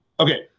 Okay